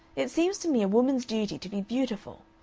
it seems to me a woman's duty to be beautiful,